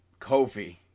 Kofi